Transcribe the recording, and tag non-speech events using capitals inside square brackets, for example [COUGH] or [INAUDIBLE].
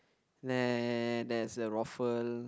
[NOISE] there there's a rofl